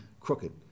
crooked